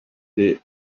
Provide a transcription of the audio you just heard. the